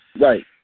Right